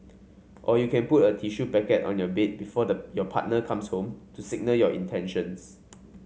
or you can put a tissue packet on your bed before your partner comes home to signal your intentions